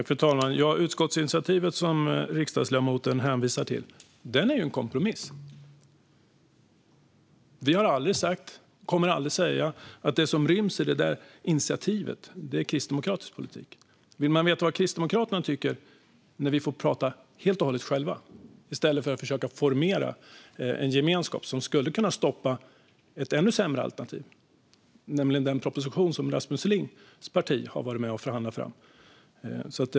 Fru talman! Utskottsinitiativet som riksdagsledamoten hänvisar till är en kompromiss. Vi har aldrig sagt och kommer aldrig att säga att det som ryms inom det initiativet är kristdemokratisk politik. Där får man inte veta vad Kristdemokraterna tycker när vi får prata helt och hållet själva i stället för att försöka formera en gemenskap som skulle kunna stoppa ett ännu sämre alternativ, nämligen den proposition som Rasmus Lings parti har varit med och förhandlat fram.